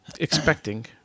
Expecting